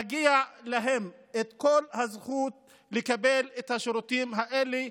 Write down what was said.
מגיעה להם כל הזכות לקבל את השירותים האלה,